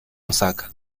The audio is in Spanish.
osaka